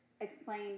explain